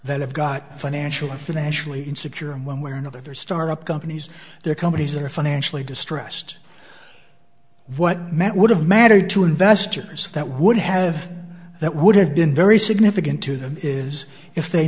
that have got financial or financially secure in one way or another start up companies their companies that are financially distressed what met would have mattered to investors that would have that would have been very significant to them is if they